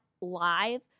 live